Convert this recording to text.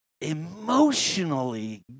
emotionally